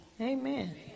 Amen